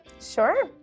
Sure